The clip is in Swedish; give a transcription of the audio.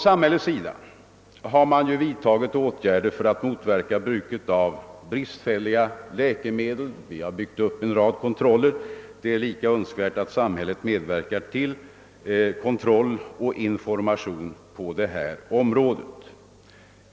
Samhället har vidtagit åtgärder för att motverka bruk av bristfälliga läkemedel, och vi har byggt upp en rad kontroller. Det är lika önskvärt att samhället medverkar till kontroll och information på detta område.